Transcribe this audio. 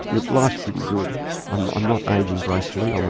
look life's pretty good, i'm i'm not ageing gracefully, um ah